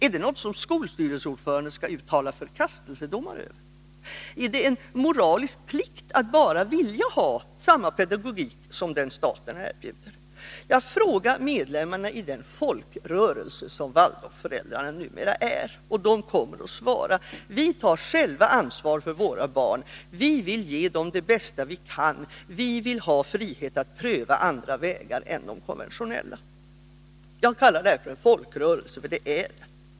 Är det något som skolstyrelseordförande skall uttala förkastelsedomar över? Är det en moralisk plikt att bara vilja ha samma pedagogik som den staten erbjuder? Fråga medlemmarna i den folkrörelse som Waldorfföräldrarna numera är! De kommer att svara: Vi tar själva ansvar för våra barn, vi vill ge dem det bästa vi kan, vi vill ha frihet att pröva andra vägar än de konventionella. Jag kallar detta för en folkrörelse, för det är det.